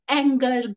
anger